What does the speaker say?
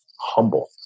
humble